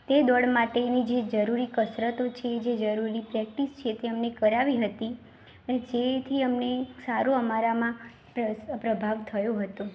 તે દોડ માટેની જરૂરી કસરતો છે જે જરૂરી પ્રેક્ટીસ છે તે અમને કરાવી હતી જેથી અમને સારું અમારામાં પ્ર પ્રભાવ થયો હતો